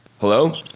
Hello